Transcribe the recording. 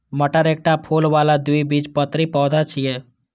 मटर एकटा फूल बला द्विबीजपत्री पौधा छियै